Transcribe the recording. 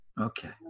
Okay